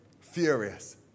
furious